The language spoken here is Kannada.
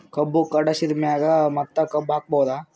ಕಬ್ಬು ಕಟಾಸಿದ್ ಮ್ಯಾಗ ಮತ್ತ ಕಬ್ಬು ಹಾಕಬಹುದಾ?